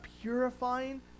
purifying